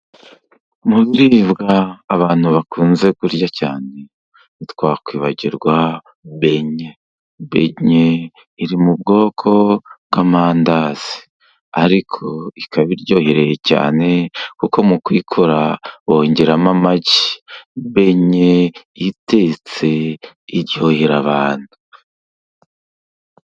Mu biribwa abantu bakunze kurya cyane, ntitwakwibagirwa benye. Benye iri mu bwoko bw'amandazi ariko ikaba iryohereye cyane, kuko mu kuyikora bongeramo amagi. Benye itetse, iryohera abantu.